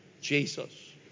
Jesus